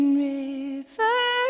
river